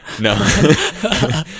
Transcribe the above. No